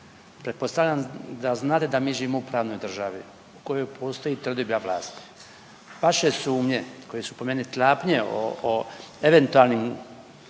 pretpostavljam da znate da mi živimo u pravnoj državi u kojoj postoji trodioba vlasti. Vaše sumnje koje su po meni tlapnje o eventualnim